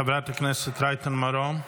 חברת הכנסת רייטן מרום,